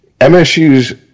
MSU's